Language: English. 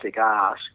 ask